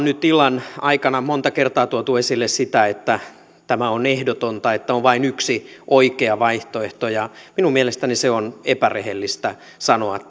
nyt illan aikana monta kertaa tuotu esille sitä että tämä on ehdotonta että on vain yksi oikea vaihtoehto minun mielestäni on epärehellistä sanoa